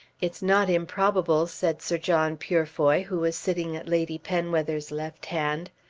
it's not improbable, said sir john purefoy who was sitting at lady penwether's left hand.